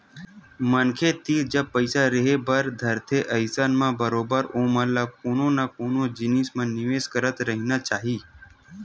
मनखे तीर जब पइसा रेहे बर धरथे अइसन म बरोबर ओमन ल कोनो न कोनो जिनिस म निवेस करत रहिना चाही